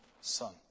son